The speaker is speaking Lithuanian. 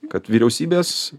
kad vyriausybės